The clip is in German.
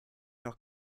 noch